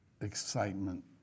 excitement